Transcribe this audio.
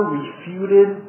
refuted